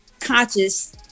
conscious